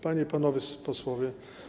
Panie i Panowie Posłowie!